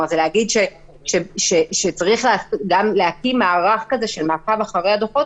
זה גם כרוך בלהקים מערך של מעקב אחרי הדוחות